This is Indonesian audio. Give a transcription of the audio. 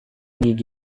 gigi